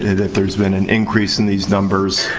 that there's been an increase in these numbers.